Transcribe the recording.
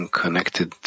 connected